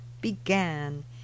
began